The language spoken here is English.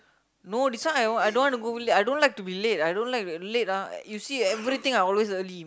no this one I want don't wanna go late I don't like to be late I don't like late ah you see everything I always early